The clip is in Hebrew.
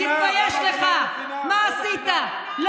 למה את אומרת "חינם"?